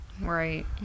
Right